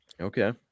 Okay